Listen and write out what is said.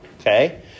okay